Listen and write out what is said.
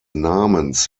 namens